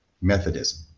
Methodism